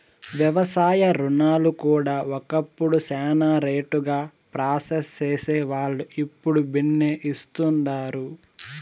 వ్యవసాయ రుణాలు కూడా ఒకప్పుడు శానా లేటుగా ప్రాసెస్ సేసేవాల్లు, ఇప్పుడు బిన్నే ఇస్తుండారు